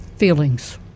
Feelings